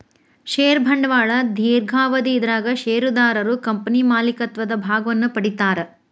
ಷೇರ ಬಂಡವಾಳ ದೇರ್ಘಾವಧಿ ಇದರಾಗ ಷೇರುದಾರರು ಕಂಪನಿ ಮಾಲೇಕತ್ವದ ಭಾಗವನ್ನ ಪಡಿತಾರಾ